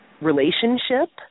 relationship